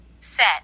Set